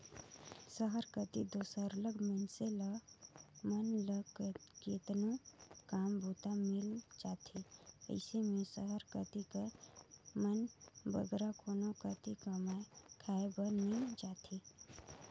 सहर कती दो सरलग मइनसे मन ल केतनो काम बूता मिल जाथे अइसे में सहर कती कर मन बगरा कोनो कती कमाए खाए बर नी जांए